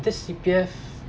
just C_P_F